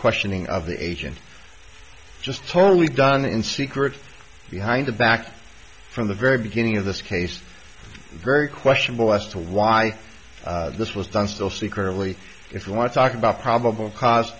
questioning of the agent just totally done in secret behind the back from the very beginning of this case very questionable as to why this was done still secretly if you want to talk about probable cause